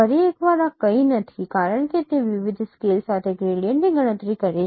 ફરી એકવાર આ કંઈ નથી કારણ કે તે વિવિધ સ્કેલ સાથે ગ્રેડિયન્ટની ગણતરી કરે છે